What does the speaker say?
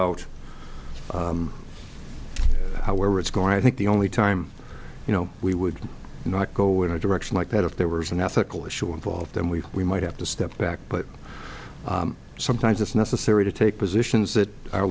out however it's going to i think the only time you know we would not go in a direction like that if there was an ethical issue involved then we we might have to step back but sometimes it's necessary to take positions that are